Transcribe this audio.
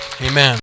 Amen